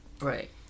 right